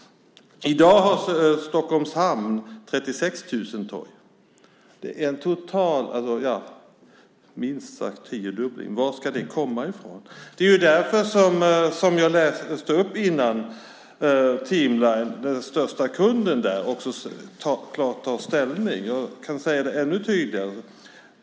I dag har Stockholms hamn 36 000 TEU. Det är minst en tiodubbling. Var ska det komma ifrån? Det är ju därför som jag förut läste upp att Team Lines, den största kunden, klart tar ställning. Jag kan säga det ännu tydligare.